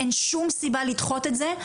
אין שום סיבה לדחות את זה.